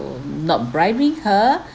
not bribing her